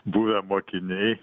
buvę mokiniai